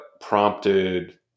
prompted